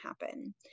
happen